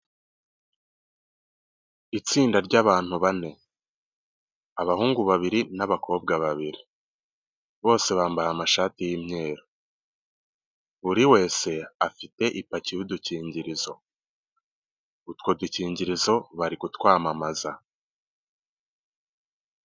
Itsinda ry'abantu bane, abahungu babiri n'abakobwa babiri, bose bambaye amashati y'imyeru ,buri wese afite ipaki y'udukingirizo, utwo dukingirizo bari kutwamamaza.